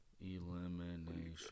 Elimination